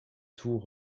tout